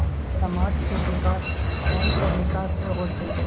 समाज के विकास कोन तरीका से होते?